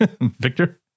victor